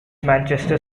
manchester